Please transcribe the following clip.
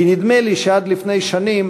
כי נדמה לי שעד לפני שנים